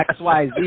xyz